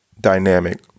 dynamic